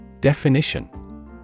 Definition